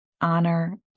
honor